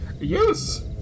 Yes